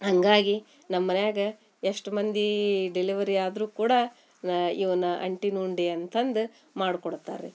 ಹಾಗಾಗಿ ನಮ್ಮ ಮನ್ಯಾಗೆ ಎಷ್ಟು ಮಂದಿ ಡೆಲಿವರಿ ಆದರೂ ಕೂಡ ಇವನ್ನ ಅಂಟಿನ ಉಂಡೆ ಅಂತಂದು ಮಾಡ್ಕೊಡ್ತಾರೆ ರೀ